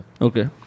Okay